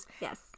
Yes